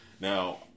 Now